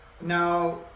now